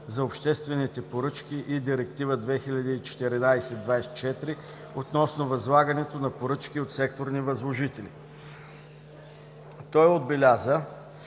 Той отбеляза,